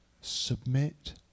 submit